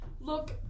look